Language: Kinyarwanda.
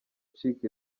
acika